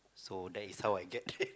so that is how I get